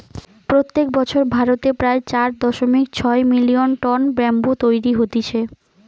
প্রত্যেক বছর ভারতে প্রায় চার দশমিক ছয় মিলিয়ন টন ব্যাম্বু তৈরী হতিছে